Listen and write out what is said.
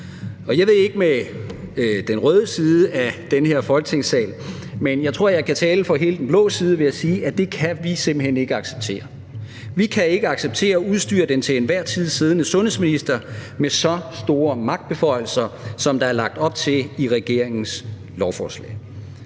Jeg ved ikke med den røde side af den her Folketingssal, men jeg tror, jeg kan tale for hele den blå side ved at sige, at det kan vi simpelt hen ikke acceptere. Vi kan ikke acceptere at udstyre den til enhver tid siddende sundhedsminister med så store magtbeføjelser, som der er lagt op til i regeringens lovforslag.